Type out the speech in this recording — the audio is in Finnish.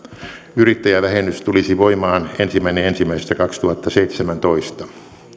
yrittäjävähennys tulisi voimaan ensimmäinen ensimmäistä kaksituhattaseitsemäntoista